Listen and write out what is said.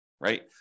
right